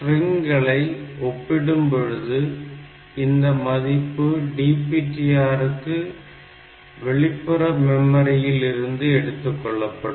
ஸ்ட்ரிங்களை ஒப்பிடும் பொழுது இந்த மதிப்பு DPTR க்கு வெளிப்புற மெமரியில் இருந்து எடுத்துக்கொள்ளப்படும்